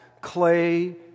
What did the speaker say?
clay